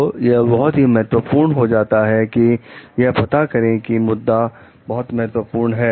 तो यह बहुत ही महत्वपूर्ण हो जाता है कि यह पता करें कि मुद्दा बहुत महत्वपूर्ण है